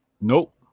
Nope